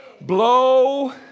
Blow